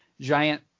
giant